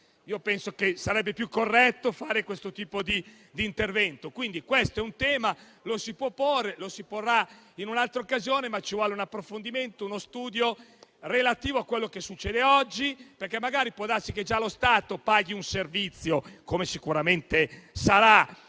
Io penso che sarebbe più corretto fare questo tipo di intervento. È un tema che si può porre, che si porrà in un'altra occasione, ma occorre un approfondimento, uno studio relativo a quello che succede oggi. È infatti possibile che magari già lo Stato paghi un servizio - come sicuramente sarà